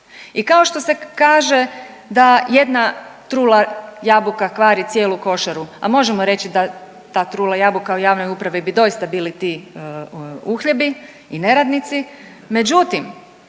I kao što se kaže da jedna trula jabuka kvari cijelu košaru, a možemo reći da ta trula jabuka u javnoj upravi bi doista bili ti uhljebi i neradnici,